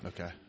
Okay